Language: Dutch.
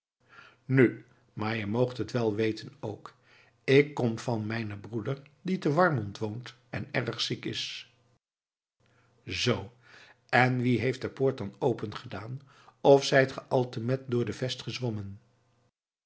nu maar je moogt het wel weten ook ik kom van mijnen broeder die te warmond woont en erg ziek is zoo en wie heeft de poort dan opengedaan of zijt gij altemet door de vest gezwommen